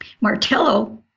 Martello